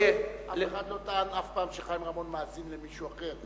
אף אחד לא טען אף פעם שחיים רמון מאזין למישהו אחר.